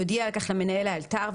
יודיע על כך למנהל לאלתר,